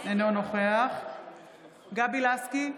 אינו נוכח גבי לסקי,